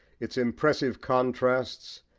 its impressive contrasts,